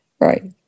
right